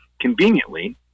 conveniently –